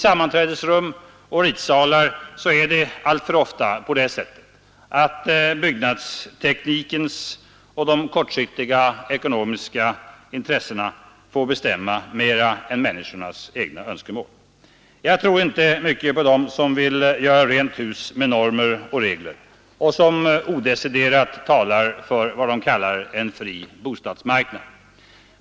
I sammanträdesrum och ritsalar är det ofta på det sättet att byggnadstekniken och kortsiktiga ekonomiska intressen får bestämma mer än människornas egna önskemål. Jag tror inte mycket på dem som vill göra rent hus med normer och regler och som odeciderat talar för vad de kallar en fri bostadsmarknad.